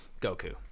Goku